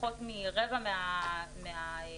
פחות מרבע מהמסך,